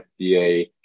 FDA